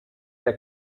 der